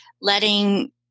letting